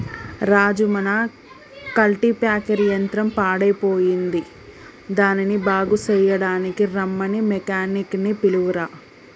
రాజు మన కల్టిప్యాకెర్ యంత్రం పాడయ్యిపోయింది దానిని బాగు సెయ్యడానికీ రమ్మని మెకానిక్ నీ పిలువురా